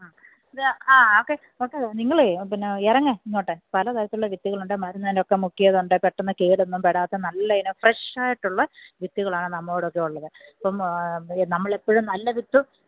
ആ ഗാ ആ ഒക്കെ ഒക്കെ നിങ്ങൾ പിന്നെ ഇറങ്ങ് ഇങ്ങോട്ട് പലതരത്തിലുള്ള വിത്തുകളുണ്ട് മരുന്നെലൊക്കെ മുക്കിയതുണ്ട് പെട്ടന്ന് കേടൊന്നും വരാത്ത നല്ലയിനം ഫ്രഷായിട്ടുള്ള വിത്തുകളാണ് നമ്മടെലൊക്കെ ഉള്ളത് അപ്പം നമ്മളെപ്പോഴും നല്ല വിത്ത്